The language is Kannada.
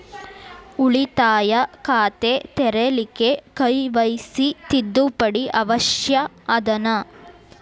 ಉಳಿತಾಯ ಖಾತೆ ತೆರಿಲಿಕ್ಕೆ ಕೆ.ವೈ.ಸಿ ತಿದ್ದುಪಡಿ ಅವಶ್ಯ ಅದನಾ?